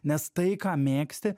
nes tai ką mėgsti